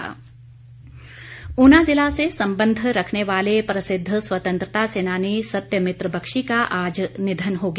निधन ऊना जिले से संबंध रखने वाले प्रसिद्ध स्वतन्त्रता सेनानी सत्यमित्र बख्शी का आज निधन हो गया